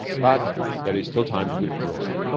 but there is still time to withdraw.